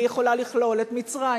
והיא יכולה לכלול את מצרים,